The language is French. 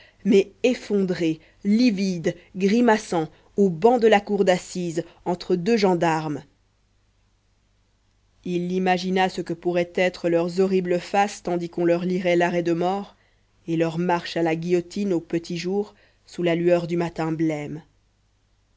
mais effondrés livides grimaçants au banc de la cour d'assises entre deux gendarmes il imagina ce que pourraient être leurs horribles faces tandis qu'on leur lirait l'arrêt de mort et leur marche à la guillotine au petit jour sous la lueur du matin blême